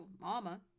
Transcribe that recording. Mama